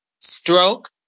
stroke